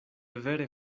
vere